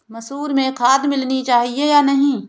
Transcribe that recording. मसूर में खाद मिलनी चाहिए या नहीं?